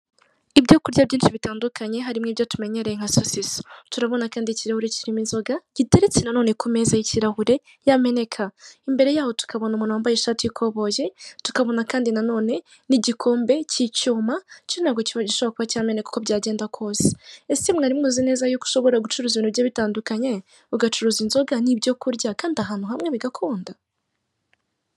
Ibyo kurya byinshi bitandukanye harimo ibyo tumenyereye nka sosiso, turabona kandi ikirahure kirimo inzoga giteretse nanone ku meza y'ikirahure yameneka, imbere yaho tukabona umuntu wambaye ishati y'ikoboyi tukabona kandi nanone n'igikombe cy'icyuma cyo ntago gishobora kuba cyameneka uko byagenda kose, ese mwari muzi neza yuko ushobora gucuruza ibintu bigiye bitandukanye ugacuruza inzoga n'ibyo kurya kandi ahantu hamwe bigakunda?